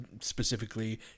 specifically